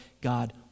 God